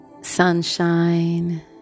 sunshine